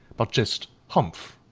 but just humph!